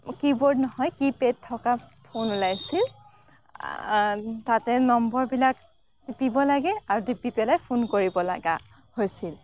কি বোৰ্ড নহয় keypad থকা ফোন ওলাইছিল তাতে নম্বৰবিলাক টিপিব লাগে আৰু টিপি পেলাই ফোন কৰিবলগীয়া হৈছিল